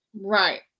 Right